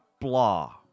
blah